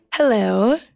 Hello